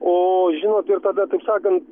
o žinot ir tada taip sakant